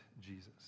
Jesus